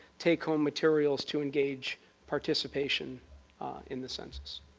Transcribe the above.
takehome materials to engage participation in the census.